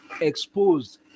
exposed